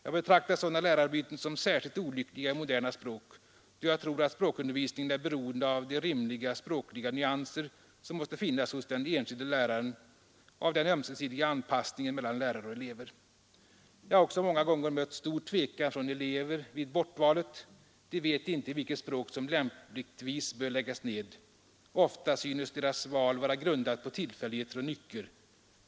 Jag betraktar sådana lärarbyten som särskilt olyckliga i moderna språk, då jag tror att språkundervisningen är beroende av de rimliga språknyanser, som måste finnas hos den enskilde läraren, och av den ömsesidiga anpassningen mellan lärare och elever. Jag har också många gånger mött stor tvekan från elever vid ”bortvalet”. Vi vet inte vilket språk som lämpligtvis bör läggas ned. Ofta synes deras val vara grundat på tillfälligheter och nycker.